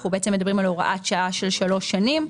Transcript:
אנחנו בעצם מדברים על הוראת שעה של שלוש שנים.